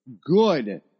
Good